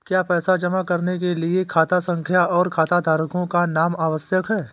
क्या पैसा जमा करने के लिए खाता संख्या और खाताधारकों का नाम आवश्यक है?